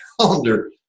calendar